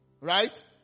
right